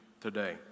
today